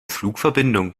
flugverbindung